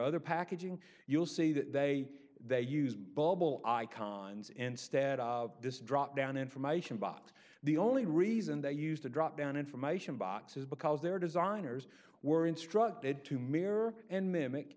other packaging you'll see that they they use bubble icons instead of this dropdown information box the only reason they used the dropdown information box is because their designers were instructed to mirror and mimic